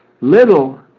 little